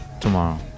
Tomorrow